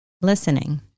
listening